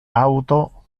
auto